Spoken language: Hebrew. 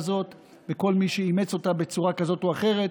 הזאת ואת כל מי שאימץ אותה בצורה כזאת או אחרת,